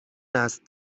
است